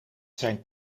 zijn